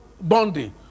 bonding